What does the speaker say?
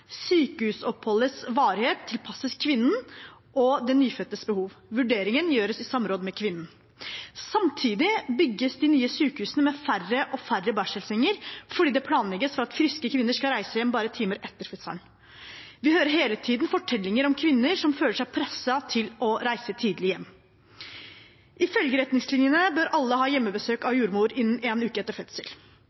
sykehusoppholdets varighet tilpasses kvinnen og den nyfødtes behov, og at vurderingen gjøres i samråd med kvinnen. Samtidig bygges de nye sykehusene med færre og færre barselsenger fordi det planlegges for at friske kvinner skal reise hjem bare timer etter fødselen. Vi hører hele tiden fortellinger om kvinner som føler seg presset til å reise tidlig hjem. Ifølge retningslinjene bør alle ha hjemmebesøk av jordmor innen én uke etter